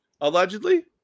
Allegedly